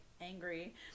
angry